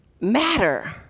matter